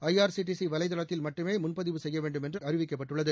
ஐ RCDC வலைதளத்தில் மட்டுமே முன்பதிவு செய்ய வேண்டும் என்று அறிவிக்கப்பட்டுள்ளது